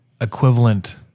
equivalent